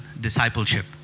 discipleship